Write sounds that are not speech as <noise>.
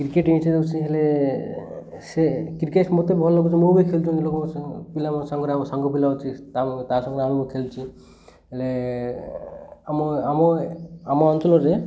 cricket <unintelligible> ହେଲେ ସେ cricket ମୋତେ ଭଲ ଲାଗୁଛି ମୁଁ ବି ଖେଲଚି ଲୋକ ପିଲାମାନଙ୍କ ସାଙ୍ଗରେ ଆମ ସାଙ୍ଗ ପିଲା ଅଛି ତା ତା ସାଙ୍ଗରେ ଆମକୁ ଖେଲୁଛି ହେଲେ ଆମ ଆମ ଆମ ଅଞ୍ଚଳରେ